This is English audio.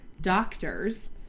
doctors